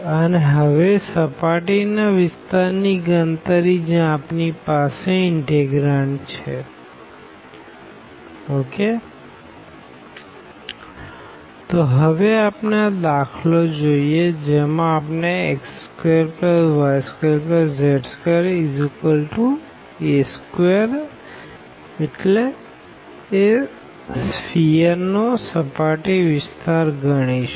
અને હવે સર્ફેસ ના વિસ્તાર ની ગણતરી જ્યાં આપણી પાસે ઇનટેગ્રાંડ છે S∬D1∂z∂x2∂z∂y2dxdy તો હવે આપણે આ દાખલો જોઈએ જેમાં આપણે x2y2z2a2 ગોળાનો સર્ફેસ વિસ્તાર ગણીશું